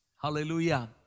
Hallelujah